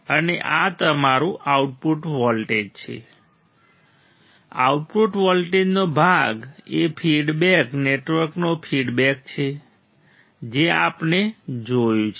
અને આ તમારું આઉટપુટ વોલ્ટેજ છે આઉટપુટ વોલ્ટેજનો ભાગ એ ફીડબેક નેટવર્કનો ફીડબેક છે જે આપણે જોયું છે